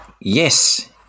Yes